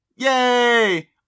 Yay